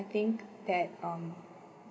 I think that um